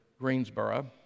Greensboro